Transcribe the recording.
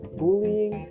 bullying